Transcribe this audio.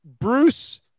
Bruce